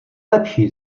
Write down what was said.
lepší